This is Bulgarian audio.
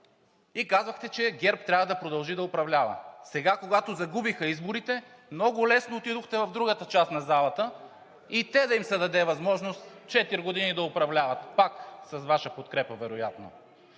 и казвахте, че ГЕРБ трябва да продължи да управлява. Сега, когато загубиха изборите, много лесно отидохте в другата част на залата и те да им се даде възможност четири години да управляват, пак с Ваша подкрепа вероятно.